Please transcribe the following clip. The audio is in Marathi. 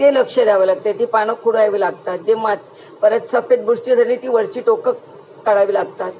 ते लक्ष द्यावं लागते ते पानं खुडायवी लागतात जे मात परत सपे बुष्टी झाली ती वरची टोकं काढावी लागतात